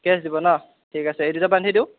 cash দিব ন ঠিক আছে এই দুটা বান্ধি দিওঁ